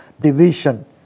division